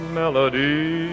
melody